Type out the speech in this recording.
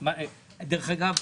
לאחוז מענק האיזון מהתקציב של הרשות,